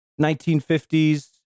1950s